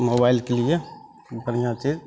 मोबाइलके लिए बढ़िआँ